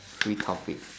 free topic